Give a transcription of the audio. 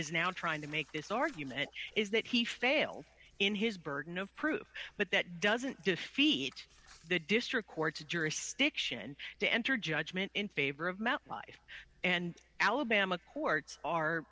is now trying to make this argument is that he failed in his burden of proof but that doesn't defeat the district court's jurisdiction to enter judgment in favor of metlife and alabama courts are